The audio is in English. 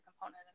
component